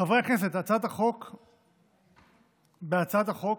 חברי הכנסת, בהצעת החוק